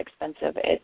expensive